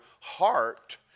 heart